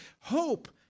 hope